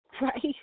right